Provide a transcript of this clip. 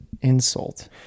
insult